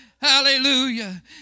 Hallelujah